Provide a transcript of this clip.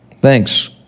Thanks